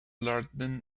latin